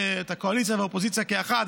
הקואליציה והאופוזיציה כאחת.